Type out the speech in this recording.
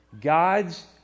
God's